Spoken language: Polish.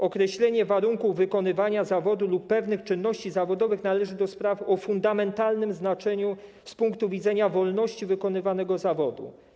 Określenie warunków wykonywania zawodu lub pewnych czynności zawodowych należy do spraw o fundamentalnym znaczeniu z punktu widzenia wolności wykonywanego zawodu.